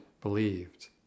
believed